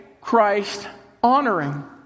Christ-honoring